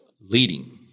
leading